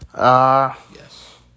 Yes